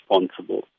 responsible